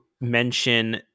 mention